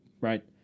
right